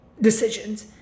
decisions